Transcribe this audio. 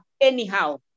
anyhow